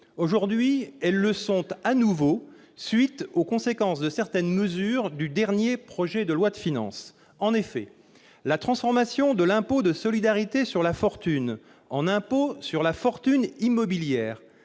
Aujourd'hui, elles le sont de nouveau, en raison de certaines mesures adoptées dans le cadre du dernier projet de loi de finances. En effet, la transformation de l'impôt de solidarité sur la fortune en impôt sur la fortune immobilière